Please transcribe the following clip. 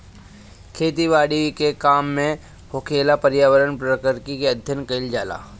खेती बारी के काम में होखेवाला पर्यावरण प्रक्रिया के अध्ययन कईल जाला